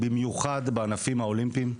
במיוחד בענפים האולימפיים,